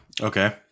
Okay